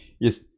Yes